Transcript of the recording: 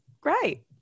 great